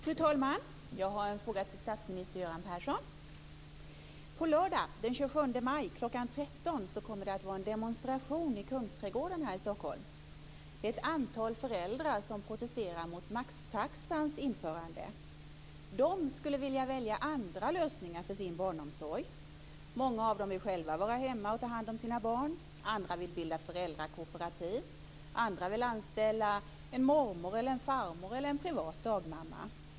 Fru talman! Jag har en fråga till statsminister Göran Persson. På lördag den 27 maj kl. 13.00 kommer det att vara en demonstration i Kungsträdgården i Stockholm. Det är ett antal föräldrar som protesterar mot maxtaxans införande. De skulle vilja välja andra lösningar för sin barnomsorg. Många av dem vill själva vara hemma och ta hand om sina barn. Andra vill bilda föräldrakooperativ. Andra vill anställa en mormor eller en farmor eller en privat dagmamma.